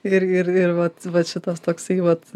ir ir ir vat va čia tas toksai vat